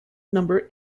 number